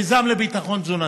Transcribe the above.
המיזם לביטחון תזונתי,